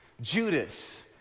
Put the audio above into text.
Judas